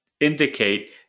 indicate